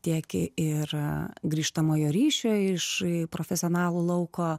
tiek ir grįžtamojo ryšio iš profesionalų lauko